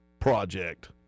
project